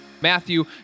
Matthew